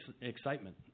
excitement